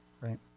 right